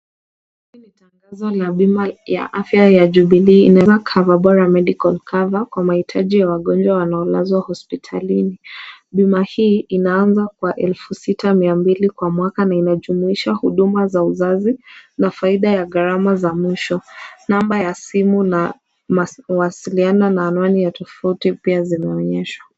Hili ni tangazo la pima ya afya ya Jubilee Cover Bora Medical Cover kwa maitaji ya wangojwa wanaolaswa hospitalini. Pima ii inaanza kwa Elefu sita mia mbili kwa mwaka na inajumuisha huduma za uzazi na faida ya gharama za mwisho. Namba ya simu na mawasiliano na anwani tafauti pia zimeonyeswa.